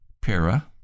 Para